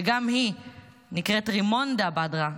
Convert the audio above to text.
שהיא נקראת רימונדה בדרה,